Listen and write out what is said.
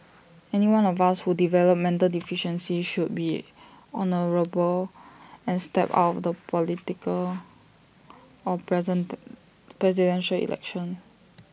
anyone of us who develop mental deficiency should be honourable and step out of the political or present Presidential Election